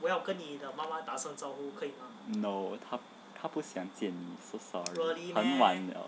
no 她她不想见你 sorry 很晚了